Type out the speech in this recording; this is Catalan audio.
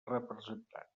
representat